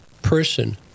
person